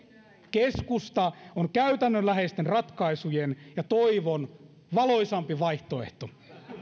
keskusta on käytännönläheisten ratkaisujen ja toivon valoisampi vaihtoehto